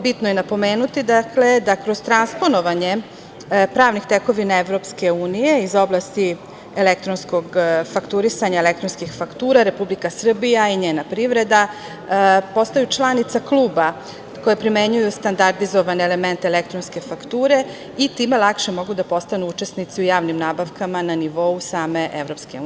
Bitno je napomenuti da kroz transponovanje pravnih tekovina EU iz oblasti elektronskog fakturisanja elektronskih faktura Republika Srbija i njena privreda postaju članica kluba koje primenjuju standardizovane elemente elektronske fakture i time lakše mogu da postanu učesnici u javnim nabavkama na nivou same EU.